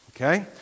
Okay